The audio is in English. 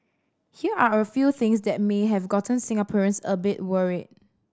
here are a few things that may have gotten Singaporeans a bit worried